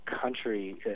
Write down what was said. country